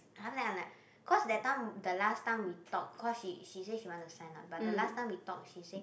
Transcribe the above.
!huh! then i'm like cause that time the last time we talk she she say she wanna sign up but the last time we talk she say